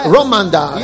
Romanda